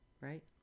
right